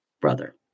brother